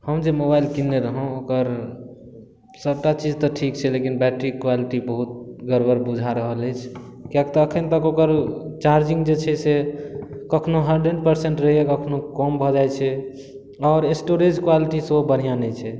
हम जे मोबाइल किनने रहोँ ओकर सभटा चीज तऽ ठीक छै लेकिन बैटरी क्वालिटी बहुत गड़बड़ बुझा रहल अछि किआक तऽ अखन तक ओकर चार्जिंग जे छै से कखनहुॅं हण्ड्रेड परसेन्ट रहैया कखनहुॅं कम भऽ जाइ छै आओर स्टोरेज क्वालिटी सेहो बढ़िऑं नहि छै